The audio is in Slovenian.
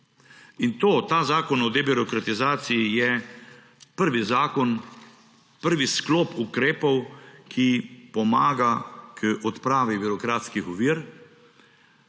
In ta zakon o debirokratizaciji je prvi zakon, prvi sklop ukrepov, ki pomaga k odpravi birokratskih ovir.